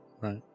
Right